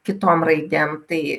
kitom raidėm tai